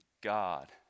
God